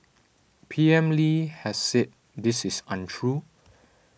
P M Lee has said this is untrue